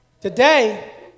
Today